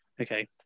Okay